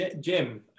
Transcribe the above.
Jim